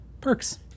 Perks